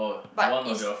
but is